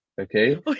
okay